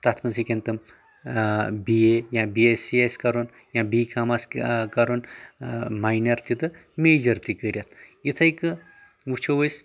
تتھ منٛز ہٮ۪کن تِم بی اے یا بی اٮ۪س سی آسہِ کرُن یا بی کام آسہِ کرُن ماینر تہِ تہٕ میجر تہِ کٔرتھ یِتھٕے کٔنۍ وٕچھو أسۍ